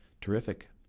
terrific